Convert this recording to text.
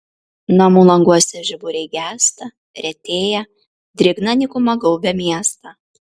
namų languose žiburiai gęsta retėja drėgna nykuma gaubia miestą